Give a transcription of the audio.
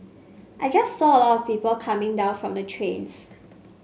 I just saw a lot of people coming down from the trains